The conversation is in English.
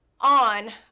on